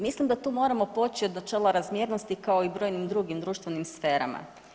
Mislim da tu moramo poći od načela razmjernosti kao i u brojnim drugim društvenim sferama.